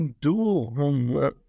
Dual